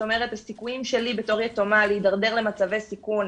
הסיכויים שלי בתור יתומה להידרדר למצבי סיכון